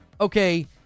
Okay